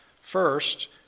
First